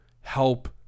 help